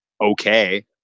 okay